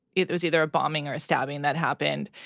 it was either a bombing or a stabbing that happened.